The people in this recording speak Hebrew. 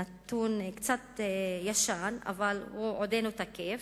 נתון קצת ישן אבל עודנו תקף,